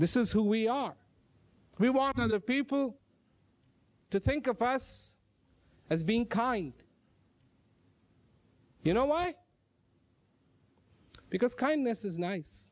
this is who we are we want other people to think of us as being kind you know what because kindness is nice